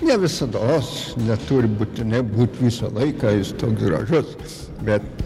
ne visados neturi būtinai būt visą laiką jis toks gražus bet